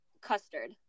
custard